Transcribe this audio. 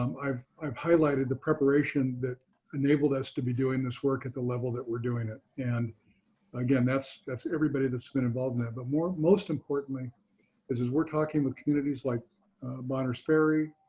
um i've i've highlighted the preparation that enabled us to be doing this work at the level that we're doing it. and again, that's that's everybody that's been involved in that. but most importantly is as we're talking with communities like bonners ferry,